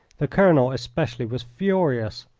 the colonel especially was furious,